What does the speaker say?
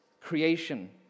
creation